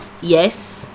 yes